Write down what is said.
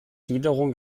gliederung